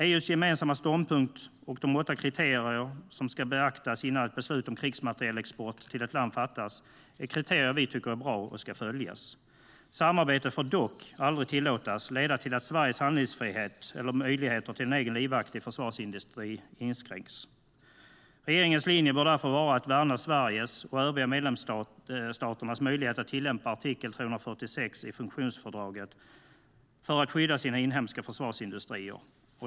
EU:s gemensamma ståndpunkt och de åtta kriterier som ska beaktas innan ett beslut om krigsmaterielexport till ett land fattas är kriterier som vi tycker är bra och ska följas. Samarbetet får dock aldrig tillåtas leda till att Sveriges handlingsfrihet eller möjligheter till egen livaktig försvarsindustri inskränks. Regeringens linje bör därför vara att värna Sveriges och övriga medlemsstaters möjlighet att tillämpa artikel 346 i funktionsfördraget för att skydda inhemska försvarsindustrier.